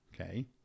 okay